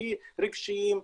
הכי רגשיים,